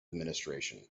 administration